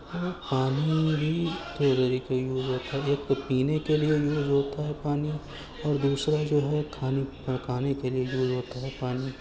اور پانی بھی کئی طرح کا یوز ہوتا ایک تو پینے کے لیے یوز ہوتا ہے پانی اور دوسرا جو ہے کھانے پکانے کے لیے یوز ہوتا ہے پانی